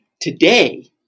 Today